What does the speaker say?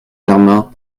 germain